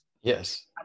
Yes